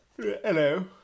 Hello